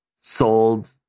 sold